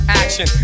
action